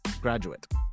graduate